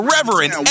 Reverend